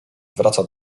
wraca